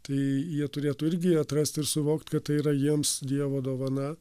tai jie turėtų irgi atrast ir suvokt kad tai yra jiems dievo dovana